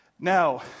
Now